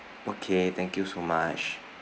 okay thank you so much